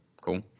cool